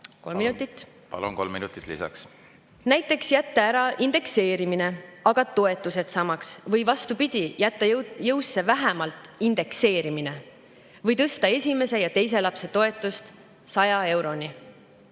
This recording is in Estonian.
kolm minutit lisaks! Palun, kolm minutit lisaks! Näiteks jätta ära indekseerimine, aga toetused samaks. Või vastupidi, jätta jõusse vähemalt indekseerimine või tõsta esimese ja teise lapse toetus 100 euroni.